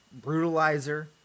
brutalizer